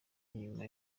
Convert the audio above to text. inyuma